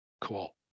Cool